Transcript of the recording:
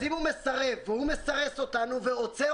אז אם הוא מסרב והוא מסרס אותנו ועוצר